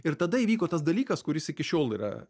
ir tada įvyko tas dalykas kuris iki šiol yra